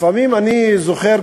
לפעמים אני זוכר,